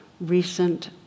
recent